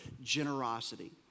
generosity